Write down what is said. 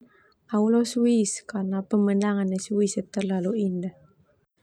Au u leo Swiss karna pemandangan talalu indah.